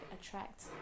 attract